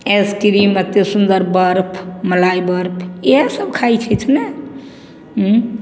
ice cream अते सुन्दर बर्फ मलाइ बर्फ इएह सब खाइ छथि ने